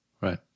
right